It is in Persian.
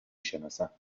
شناسم